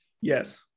Yes